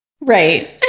right